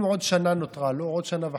אם נותרה לו עוד שנה,